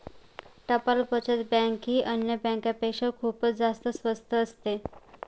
टपाल बचत बँक ही अन्य बँकांपेक्षा खूपच जास्त स्वस्त असते